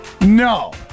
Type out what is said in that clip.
no